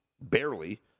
barely